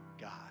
God